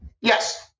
Yes